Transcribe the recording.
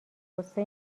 غصه